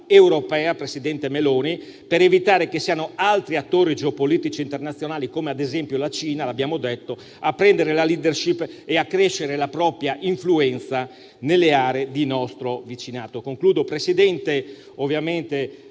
europea, presidente Meloni, per evitare che siano altri attori geopolitici internazionali, come ad esempio la Cina, a prendere la *leadership* e ad accrescere la propria influenza nelle aree di nostro vicinato.